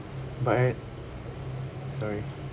but I sorry